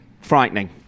frightening